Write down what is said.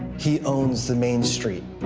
he owns the main street.